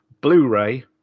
Blu-ray